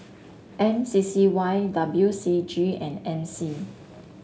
M C C Y W C G and M C